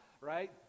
right